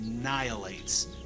annihilates